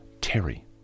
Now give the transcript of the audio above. Terry